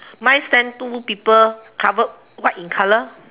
mine stand two people covered white in color